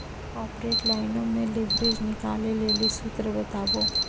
corporate लाइनो मे leverage निकालै लेली सूत्र बताबो